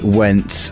went